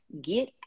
Get